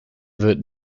wird